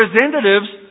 representatives